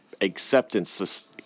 acceptance